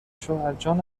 شوهرجان